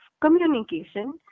communication